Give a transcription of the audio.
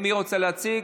מי רוצה להציג?